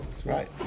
Right